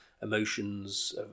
emotions